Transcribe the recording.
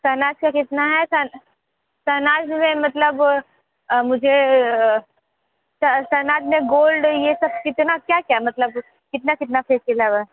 शहनाज का कितना है शहनाज में मतलब मुझे शहनाज में गोल्ड ये सब कितना क्या क्या मतलब कितना कितना फेसिअल है